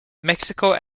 mexico